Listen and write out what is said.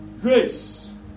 grace